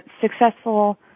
successful